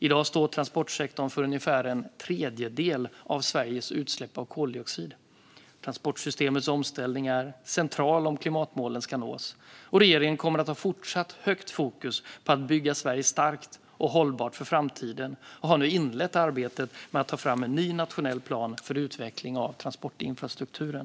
I dag står transportsektorn för ungefär en tredjedel av Sveriges utsläpp av koldioxid. Transportsystemets omställning är central om klimatmålen ska nås. Regeringen kommer att ha fortsatt högt fokus på att bygga Sverige starkt och hållbart för framtiden och har nu inlett arbetet med att ta fram en ny nationell plan för utveckling av transportinfrastrukturen.